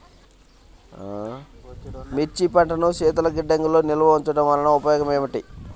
మిర్చి పంటను శీతల గిడ్డంగిలో నిల్వ ఉంచటం వలన ఉపయోగం ఏమిటి?